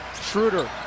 schroeder